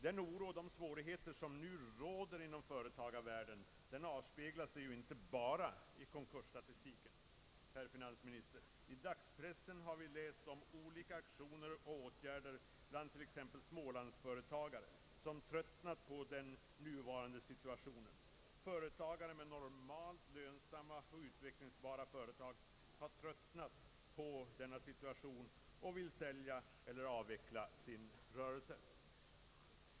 Den oro och de svårigheter som nu råder inom företagarvärlden avspeglas ju inte bara i konkursstatistiken, herr finansminister. I dagspressen har vi läst om olika aktioner och åtgärder bland t.ex. Smålandsföretagare som tröttnat på den nuvarande situationen. Företagare med normalt lönsamma och utvecklingsbara företag har tröttnat på denna situation och vill sälja eller avveckla sin rörelse.